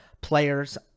players